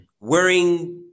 wearing